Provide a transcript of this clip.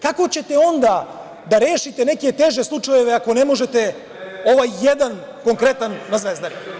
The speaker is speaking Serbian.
Kako ćete onda da rešite neke teže slučajeve, ako ne možete ovaj jedan konkretan na Zvezdari.